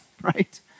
right